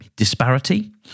Disparity